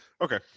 okay